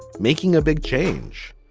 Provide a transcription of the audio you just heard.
making a big change